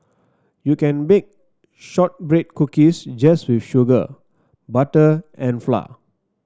you can bake shortbread cookies just with sugar butter and flour